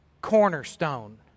cornerstone